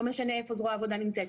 לא משנה איפה זרוע העבודה נמצאת.